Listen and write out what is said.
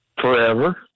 Forever